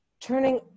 turning